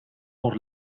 por